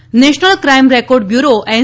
B national crime record bureau N